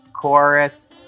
Chorus